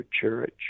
church